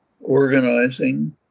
organizing